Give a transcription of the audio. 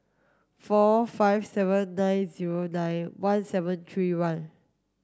four five seven nine zero nine one seven three one